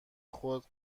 خود